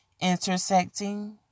intersecting